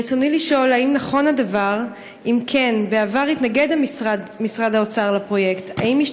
רצוני לשאול: 1. האם נכון הדבר?